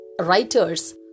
writers